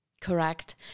correct